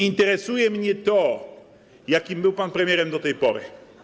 interesuje mnie to, jakim był pan premierem do tej pory.